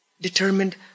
determined